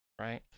right